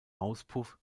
auspuff